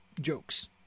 jokes